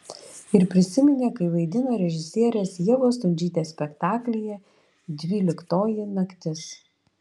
ir prisiminė kai vaidino režisierės ievos stundžytės spektaklyje dvyliktoji naktis